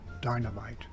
dynamite